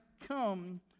come